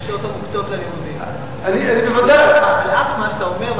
על אף מה שאתה אומר,